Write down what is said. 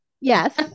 Yes